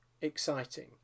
exciting